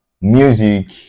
music